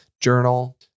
Journal